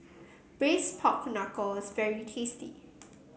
Braised Pork Knuckle is very tasty